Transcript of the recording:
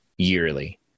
Yearly